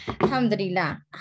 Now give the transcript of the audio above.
Alhamdulillah